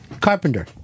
Carpenter